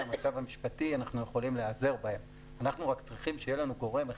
בבקשה, אדוני, תציג את הנושא השני.